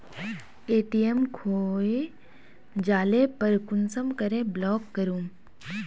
ATM खोये जाले पर कुंसम करे ब्लॉक करूम?